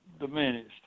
diminished